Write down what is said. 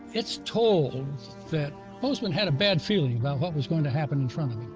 it's told that bozeman had a bad feeling about what was going to happen in front